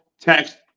text